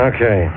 Okay